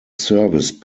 service